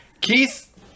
Keith